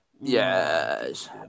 yes